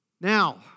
Now